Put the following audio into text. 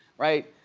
right?